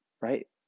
Right